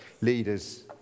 Leaders